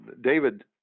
David